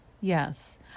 Yes